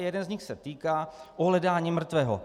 Jeden z nich se týká ohledání mrtvého.